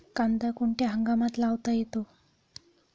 कांदा कोणत्या हंगामात लावता येतो?